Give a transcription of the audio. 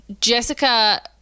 Jessica